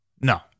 No